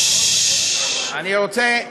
אני רוצה,